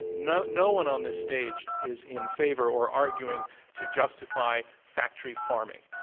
no no one on this stage is in favor or arguing to justify factory farming.